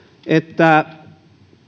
että